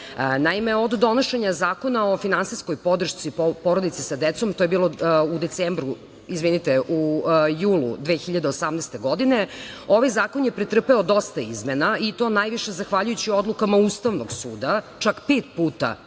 od donošenja Zakona o finansijskoj podršci porodici sa decom to je bilo u julu 2018. godine ovaj zakon je pretrpeo dosta izmena i to najviše zahvaljujući odlukama Ustavnog suda čak pet puta